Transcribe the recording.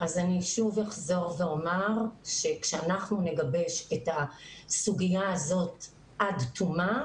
אני שוב אחזור ואומר שכאשר אנחנו נגבש את הסוגיה הזאת עד תומה,